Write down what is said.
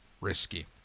risky